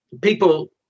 people